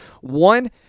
One